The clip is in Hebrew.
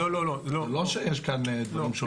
זה לא שיש כאן דברים שונים.